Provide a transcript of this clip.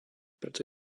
proto